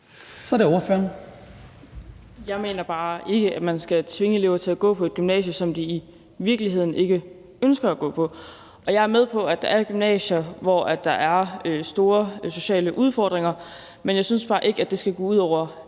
Andresen (LA): Jeg mener bare ikke, at man skal tvinge elever til at gå på et gymnasie, som de i virkeligheden ikke ønsker at gå på. Jeg er med på, at der er gymnasier, hvor der er store sociale udfordringer, men jeg synes bare ikke, at det skal gå ud over alle andre.